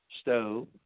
stove